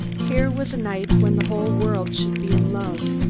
here was a night when the whole world should be in love.